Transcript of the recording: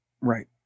Right